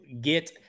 get